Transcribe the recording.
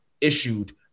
issued